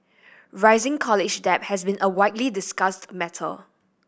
rising college debt has been a widely discussed matter